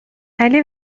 ولی